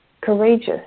courageous